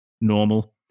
normal